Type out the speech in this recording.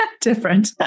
different